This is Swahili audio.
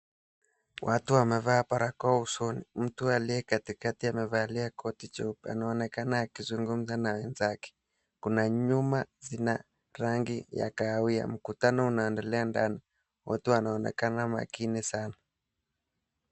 Watu wamevaa barakoa usoni. Mtu aliyekatikati amevalia koti cheupe anaonekana akizungumza na mwenzake. Kuna nyuma zina rangi ya kahawia. Mkutano unaendelea ndani. Watu wannekana makini sana.